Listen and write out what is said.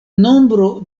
nombro